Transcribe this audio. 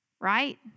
right